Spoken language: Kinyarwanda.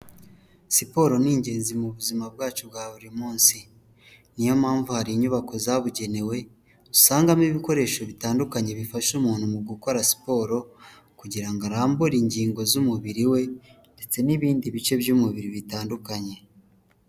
Siporo ni ingenzi mu buzima bwacu bwa buri munsi, niyo mpamvu hari inyubako zabugenewe, usangamo ibikoresho bitandukanye bifasha umuntu mu gukora siporo kugira ngo arambure ingingo z'umubiri we ndetse n'ibindi bice by'umubiri bitandukanye.